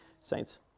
saints